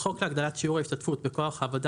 בחוק להגדלת שיעור ההשתתפות בכוח העבודה